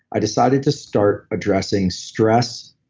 i decided to start addressing stress,